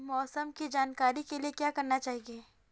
मौसम की जानकारी के लिए क्या करना चाहिए?